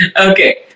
Okay